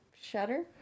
Shutter